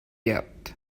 yet